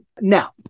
Now